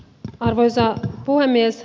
arvoisa puhemies